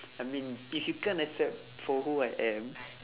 I mean if you can't accept for who I am